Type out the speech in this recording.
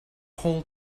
whole